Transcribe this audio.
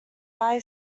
buy